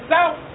South